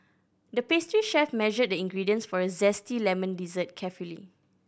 the pastry chef measured the ingredients for a zesty lemon dessert carefully